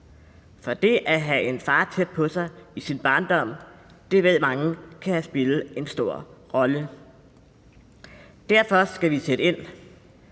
For det at have en far tæt på sig i sin barndom ved mange kan have spillet en stor rolle. Derfor skal vi sætte ind